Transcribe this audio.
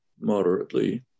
moderately